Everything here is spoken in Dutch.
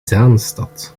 zaanstad